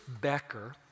Becker